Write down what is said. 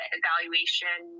evaluation